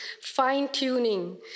fine-tuning